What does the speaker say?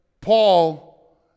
Paul